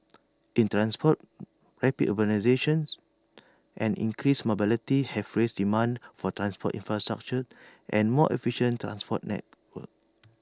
in transport rapid urbanisations and increased mobility have raised demand for transport infrastructure and more efficient transport networks